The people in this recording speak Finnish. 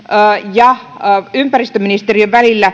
ja ympäristöministeriön välillä